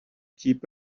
keep